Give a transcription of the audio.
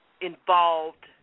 involved